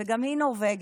וגם היא נורבגית,